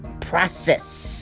process